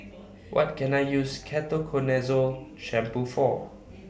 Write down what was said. What Can I use Ketoconazole Shampoo For